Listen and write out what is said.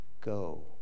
Go